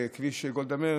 בכביש גולדה מאיר,